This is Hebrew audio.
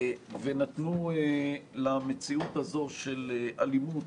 ונתנו למציאות הזו של אלימות,